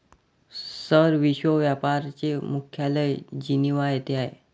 sir, विश्व व्यापार चे मुख्यालय जिनिव्हा येथे आहे